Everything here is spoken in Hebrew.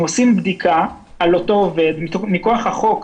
אנחנו עושים בדיקה על אותו עובד בכוח החוק.